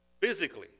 Physically